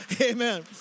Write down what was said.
Amen